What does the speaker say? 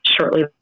shortly